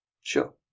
Sure